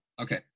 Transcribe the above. Okay